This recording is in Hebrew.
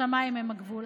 השמיים הם הגבול.